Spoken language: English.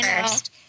first